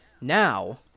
Now